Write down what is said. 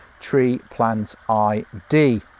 treeplantid